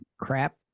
crap